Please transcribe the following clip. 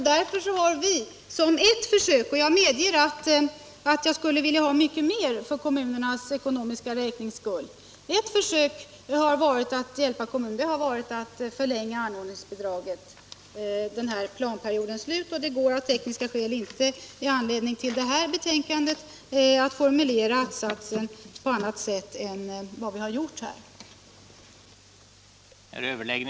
Därför har vi som ett försök — jag medger att jag skulle vilja ha mycket mera för kommunernas räkning — att hjälpa kommunerna velat förlänga anordningsbidraget till denna planperiods slut. Det går av tekniska skäl inte i anledning av det här betänkandet att formulera att-satsen på annat sätt än vad vi har gjort. den det ej vill röstar nej.